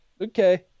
Okay